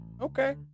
Okay